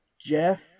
Jeff